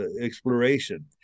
exploration